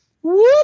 Whoop